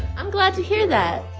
i'm glad to hear that